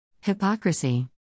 Hypocrisy